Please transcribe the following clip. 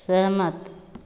सहमत